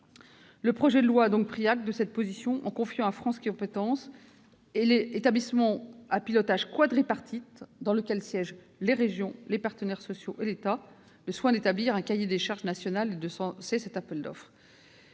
Le projet de loi a donc pris acte de cette position en confiant à France compétences, établissement à pilotage quadripartite dans lequel siègent les régions, les partenaires sociaux et l'État, le soin d'établir un cahier des charges national et de lancer un appel d'offres.